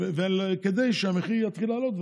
כדי שהמחיר יתחיל לעלות,